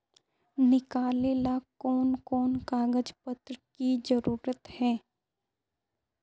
निकाले ला कोन कोन कागज पत्र की जरूरत है?